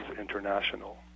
international